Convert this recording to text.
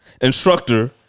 instructor